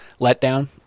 letdown